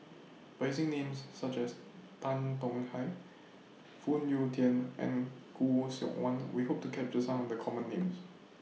By using Names such as Tan Tong Hye Phoon Yew Tien and Khoo Seok Wan We Hope to capture Some of The Common Names